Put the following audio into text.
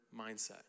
mindset